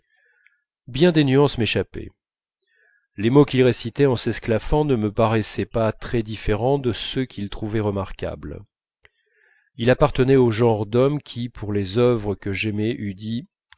bien des nuances m'échappaient les mots qu'il récitait en s'esclaffant ne me paraissaient pas très différents de ceux qu'il trouvait remarquables il appartenait au genre d'hommes qui pour les œuvres que j'aimais eût